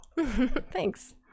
Thanks